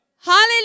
Hallelujah